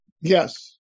Yes